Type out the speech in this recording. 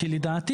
לשחרר,